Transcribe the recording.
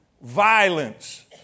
Violence